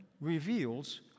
reveals